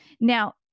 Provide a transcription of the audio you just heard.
Now